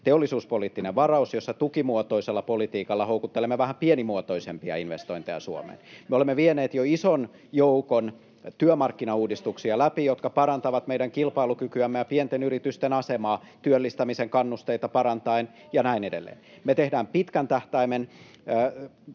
teollisuuspoliittinen varaus, jossa tukimuotoisella politiikalla houkuttelemme vähän pienimuotoisempia investointeja Suomeen. Me olemme vieneet jo ison joukon työmarkkinauudistuksia läpi, jotka parantavat meidän kilpailukykyämme ja pienten yritysten asemaa, työllistämisen kannusteita parantaen ja näin edelleen. Me tehdään pitkän tähtäimen